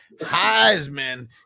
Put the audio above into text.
Heisman